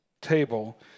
table